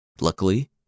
Luckily